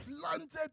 planted